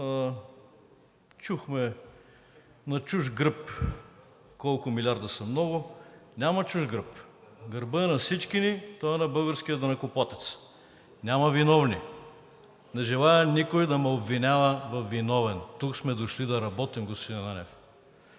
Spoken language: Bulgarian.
на чужд гръб са много. Няма чужд гръб. Гърбът е на всички ни, той е на българския данъкоплатец. Няма виновни. Не желая никой да ме обвинява във виновен. Тук сме дошли да работим, господин Ананиев.